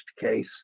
case